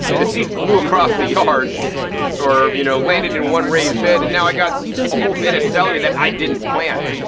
the seeds blew across the yard or you know landed in one raised bed and now i got a whole bed of celery that i didn't plant.